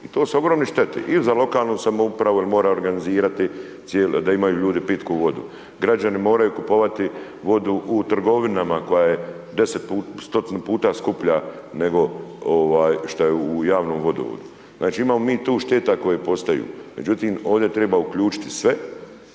I to su ogromne štete il za lokalnu samoupravu jer mora organizirati da imaju ljudi pitku vodu. Građani moraju kupovati vodu u trgovinama koja je 10 puta, 100 puta skuplja nego ovaj šta je ovaj u javnom vodovodu. Znači imamo mi tu šteta koje postaju, međutim ovdje treba uključiti sve